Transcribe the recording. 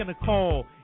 Nicole